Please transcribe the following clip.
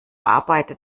arbeitet